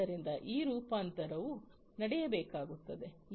ಆದ್ದರಿಂದ ಈ ರೂಪಾಂತರವು ನಡೆಯಬೇಕಾಗುತ್ತದೆ